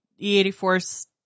E84's